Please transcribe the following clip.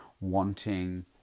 wanting